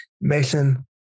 Mason